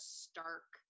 stark